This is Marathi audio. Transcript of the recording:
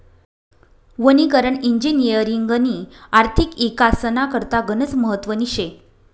वनीकरण इजिनिअरिंगनी आर्थिक इकासना करता गनच महत्वनी शे